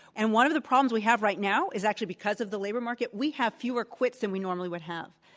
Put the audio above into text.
and one of the problems we have right now is actually because of the labor market, we have fewer quits than we normally would have,